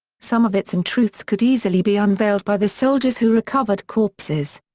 some of its untruths could easily be unveiled by the soldiers who recovered corpses.